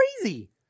crazy